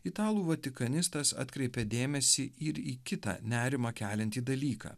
italų vatikanistas atkreipė dėmesį ir į kitą nerimą keliantį dalyką